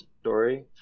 story